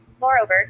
Moreover